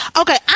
Okay